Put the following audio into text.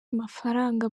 mafaranga